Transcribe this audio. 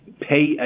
pay